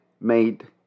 made